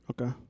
Okay